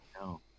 No